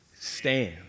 stand